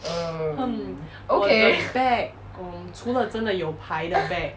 hmm 我的 bag um 除了真的有牌的 bag